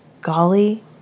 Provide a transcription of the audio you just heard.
golly